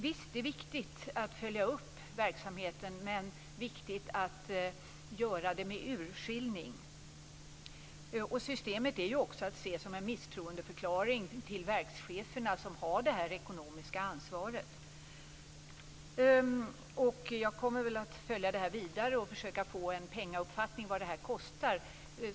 Visst är det viktigt att följa upp verksamheten, men det är viktigt att göra det med urskillning. Systemet är också att se som en misstroendeförklaring till verkscheferna som har det ekonomiska ansvaret. Jag kommer att följa detta vidare och försöka få en uppfattning om vad detta kostar.